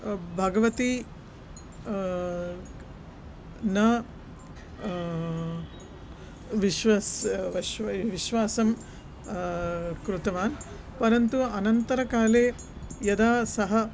भगवती न विश्वस् विश्वै विश्वासं कृतवान् परन्तु अनन्तरकाले यदा सः